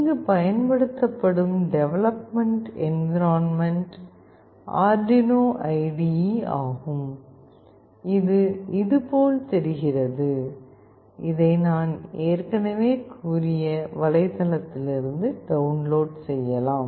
இங்கு பயன்படுத்தப்படும் development environment Arduino IDE ஆகும் இது இது போல் தெரிகிறது இதை நான் ஏற்கனவே கூறிய வலைத்தளத்திலிருந்து டவுன்லோட் செய்யலாம்